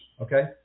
okay